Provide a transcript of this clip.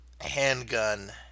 handgun